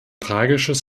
tragisches